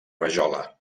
rajola